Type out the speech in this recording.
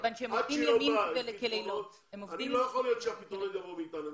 לא יכול להיות שהפתרון יבוא מאתנו.